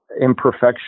imperfection